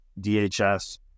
DHS